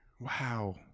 wow